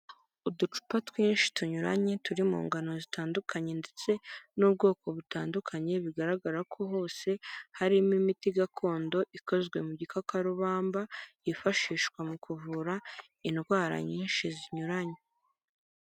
Uducupa twinshi tunyuranye turi mu ngano zitandukanye ndetse n'ubwoko butandukanye, bigaragara ko hose harimo imiti gakondo ikozwe mu gikakarubamba, yifashishwa mu kuvura indwara nyinshi zinyuranye.